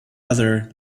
other